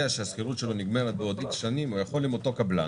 שהשכירות שלו נגמרת בעוד איקס שנים הוא יכול עם אותו קבלן,